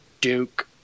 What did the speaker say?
Duke